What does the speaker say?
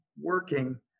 working